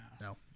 No